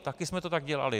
Taky jsme to tak dělali.